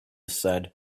said